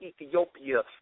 Ethiopia